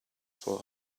for